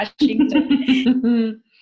Washington